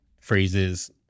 phrases